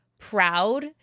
proud